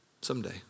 someday